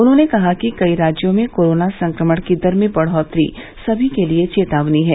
उन्होंने कहा कि कई राज्यों में कोरोना संक्रमण की दर में बढ़ोत्तरी सभी के लिए एक चेतावनी है